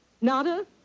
Nada